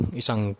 isang